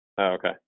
Okay